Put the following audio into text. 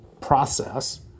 process